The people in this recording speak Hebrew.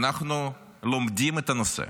אנחנו לומדים את הנושא.